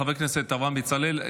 חבר הכנסת אברהם בצלאל,